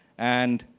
and